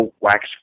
wax